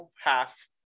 half